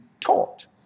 taught